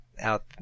out